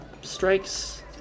strikes